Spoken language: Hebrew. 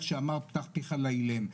"פיך לאילם".